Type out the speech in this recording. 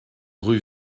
rue